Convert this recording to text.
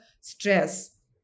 stress